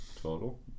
total